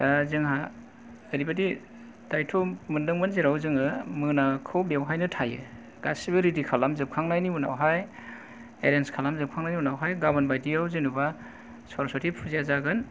दा जोंहा ओरैबादि दायथ' मोनदोंमोन जेराव जोङो मोनाखौ बेवहायनो थायो गासिबो रेडि खालामजोबखांनायनि उनावहाय' एरेन्ज खालामजोबखांनायनि उनावहाय गाबोन बायदियाव जेनबा सरसथि फुजाया जागोन